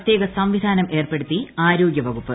പ്രത്യേക സംവിധാനം ഏർപ്പെട്ടൂത്തി ആരോഗ്യവകുപ്പ്